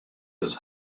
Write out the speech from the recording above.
his